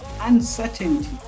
uncertainty